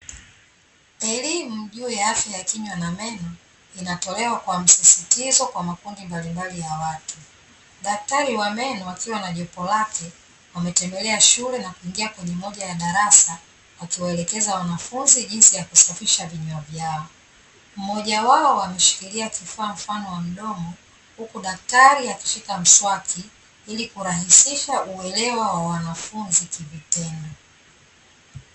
Elimu juu ya afya ya kinywa na meno inatolewa kwa msisitizo kwa makundi mbalimbali ya watu, daktari wa meno akiwa na jopo lake wametembelea shule na kuingia kwenye moja ya darasa akiwaelekeza wanafunzi jinsi ya kusafisha vinywa vyao, mmoja wao wameshikilia kifaa mfano wa mdomo huku daktari akishika mswaki ili kurahisisha uelewa wa wanafunzi kivitendo .